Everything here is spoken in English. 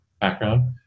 background